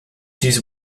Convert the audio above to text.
dies